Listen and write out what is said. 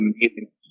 amazing